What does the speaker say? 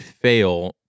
fail